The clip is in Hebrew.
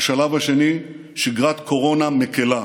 השלב השני, שגרת קורונה מקילה,